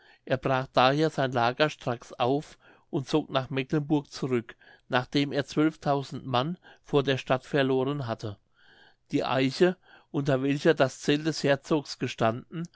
er brach daher sein lager straks auf und zog nach mecklenburg zurück nachdem er mann vor der stadt verloren hatte die eiche unter welcher das zelt des herzogs gestanden